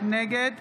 נגד